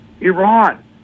Iran